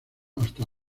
hasta